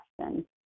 question